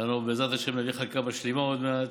ואנחנו, בעזרת השם, נביא חקיקה משלימה עוד מעט.